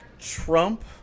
Trump